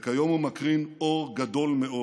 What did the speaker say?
וכיום הוא מקרין אור גדול מאוד,